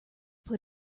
put